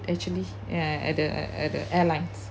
actually ya at the at the airlines